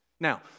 Now